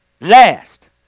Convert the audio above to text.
last